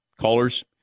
callers